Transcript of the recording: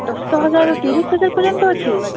ଦଶ ହଜାରରୁ ତିରିଶ ହଜାର ପର୍ଯ୍ୟନ୍ତ ଅଛି